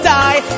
die